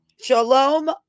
Shalom